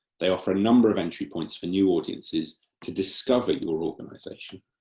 they offer a number of entry points for new audiences to discover your organisation.